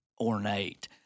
ornate